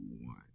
one